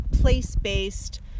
place-based